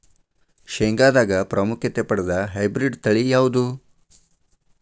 ಶೇಂಗಾದಾಗ ಪ್ರಾಮುಖ್ಯತೆ ಪಡೆದ ಹೈಬ್ರಿಡ್ ತಳಿ ಯಾವುದು?